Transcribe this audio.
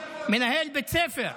מנהל בית ספר.